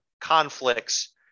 conflicts